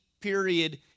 period